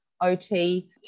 OT